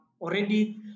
already